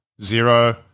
Zero